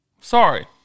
Sorry